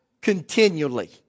continually